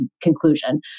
conclusion